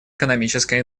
экономическая